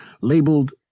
labeled